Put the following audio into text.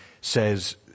says